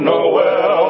Noel